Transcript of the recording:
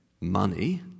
Money